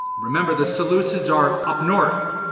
remember the selecids are up north.